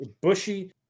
Bushy